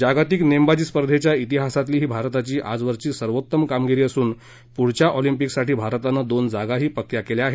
जागतिक नेमबाजी स्पर्धेच्या इतिहासातली ही भारताची आजवरची सर्वोत्तम कामगिरी असून पुढच्या ऑलिम्पिकसाठी भारतानं दोन जागाही पक्क्या केल्या आहेत